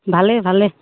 ভালেই ভালে